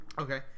Okay